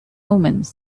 omens